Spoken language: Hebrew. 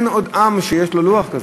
אין עוד עם שיש לו לוח כזה,